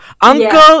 uncle